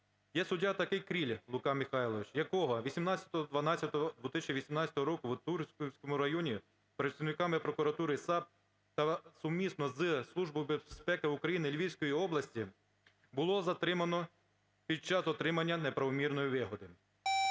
Є суддя такий Кріль Лука Михайлович, якого 18.12.2018 року в Турківському районі представниками прокуратури і САП та сумісно із Службою безпеки України Львівської області було затримано під час отримання неправомірної вигоди.